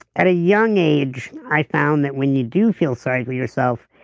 at a young age, i found that when you do feel sorry for yourself,